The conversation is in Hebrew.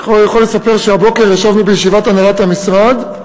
אני יכול לספר שהבוקר ישבנו בישיבת הנהלת המשרד,